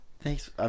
Thanks